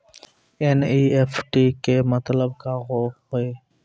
NEFT के मतलब का होव हेय?